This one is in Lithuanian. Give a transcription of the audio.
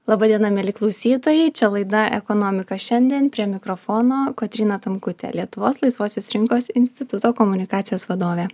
laba diena mieli klausytojai čia laida ekonomika šiandien prie mikrofono kotryna tamkutė lietuvos laisvosios rinkos instituto komunikacijos vadovė